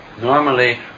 Normally